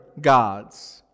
gods